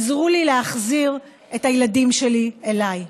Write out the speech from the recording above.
עזרו לי להחזיר את הילדים שלי אליי.